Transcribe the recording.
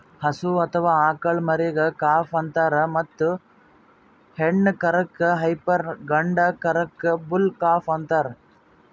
ಹಸು ಅಥವಾ ಆಕಳ್ ಮರಿಗಾ ಕಾಫ್ ಅಂತಾರ್ ಮತ್ತ್ ಹೆಣ್ಣ್ ಕರಕ್ಕ್ ಹೈಪರ್ ಗಂಡ ಕರಕ್ಕ್ ಬುಲ್ ಕಾಫ್ ಅಂತಾರ್